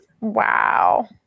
Wow